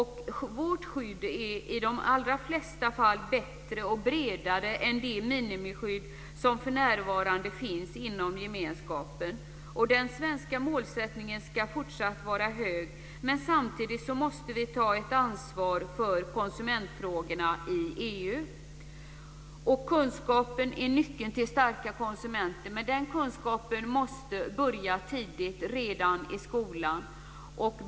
Sveriges skydd är i de allra flesta fall bättre och bredare än det minimiskydd som för närvarande finns inom gemenskapen. Den svenska målsättningen ska fortsatt vara hög, men samtidigt måste vi ta ett ansvar för konsumentfrågorna i EU. Kunskap är nyckeln till starka konsumenter. Men den kunskapen måste börja tidigt - redan i skolan.